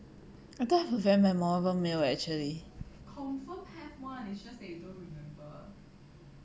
I don't have a very memorable meal actually